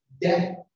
death